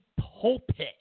pulpit